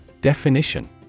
Definition